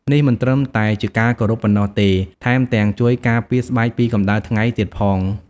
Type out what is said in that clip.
នេះមិនត្រឹមតែជាការគោរពប៉ុណ្ណោះទេ ថែមទាំងជួយការពារស្បែកពីកម្ដៅថ្ងៃទៀតផង។